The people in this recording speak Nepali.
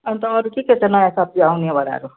अन्त अरू के के छ नयाँ सब्जी आउनेवालाहरू